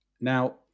Now